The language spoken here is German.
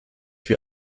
wir